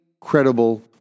credible